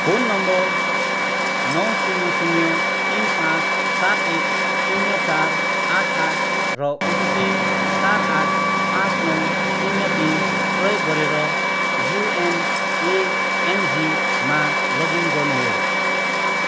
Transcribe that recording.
phone number नौ शून्य शून्य तिन पाँच सात एक शून्य चार आठ आठ र ओटिपी चार आठ पाँच नौ शून्य तिन प्रयोग गरेर युएमएएनजीमा लगइन गर्नुहोस्